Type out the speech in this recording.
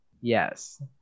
Yes